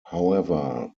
however